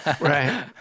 Right